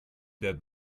that